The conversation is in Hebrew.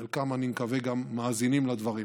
חלקם, אני מקווה, גם מאזינים לדברים.